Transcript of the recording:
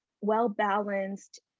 well-balanced